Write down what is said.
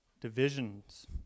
divisions